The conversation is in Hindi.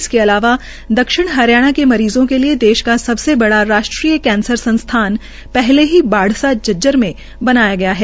इसके अलावा दक्षिण हरियाणा के मरीजों के लिए देश का सबसे बड़ा राष्ट्रीय कैंसर संस्थान पहले ही बाढ़सा झज्जर में बनाया गया है